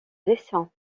dessin